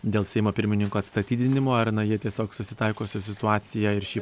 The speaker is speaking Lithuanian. dėl seimo pirmininko atstatydinimo ar na jie tiesiog susitaiko su situacija ir šį